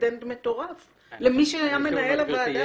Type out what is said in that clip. דיבידנד מטורף בידי מי שהיה מנהל הוועדה.